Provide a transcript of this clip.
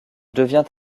devient